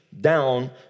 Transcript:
down